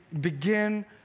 begin